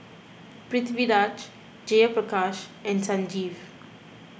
Pritiviraj Jayaprakash and Sanjeev